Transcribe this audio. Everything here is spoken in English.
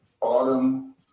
Autumn